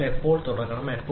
മറ്റൊരു parameter I